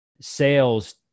sales